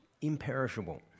imperishable